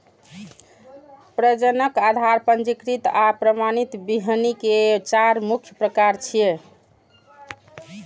प्रजनक, आधार, पंजीकृत आ प्रमाणित बीहनि के चार मुख्य प्रकार छियै